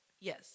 Yes